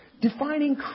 defining